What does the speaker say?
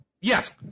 yes